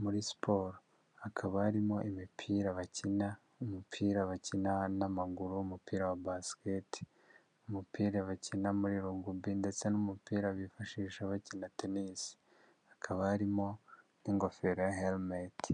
muri siporo, hakaba harimo imipira bakina, umupira bakina n'amaguru, umupira wa basikete, umupira bakina muri rugubi ndetse n'umupira bifashisha bakina tenisi, hakaba harimo n'ingofero herimeti.